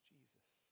Jesus